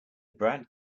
brad